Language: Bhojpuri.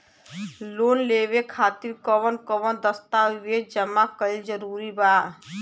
लोन लेवे खातिर कवन कवन दस्तावेज जमा कइल जरूरी बा?